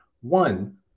One